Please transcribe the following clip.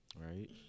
Right